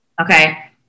Okay